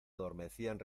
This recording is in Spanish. adormecían